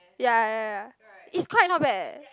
ya ya ya it's quite not bad leh